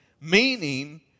meaning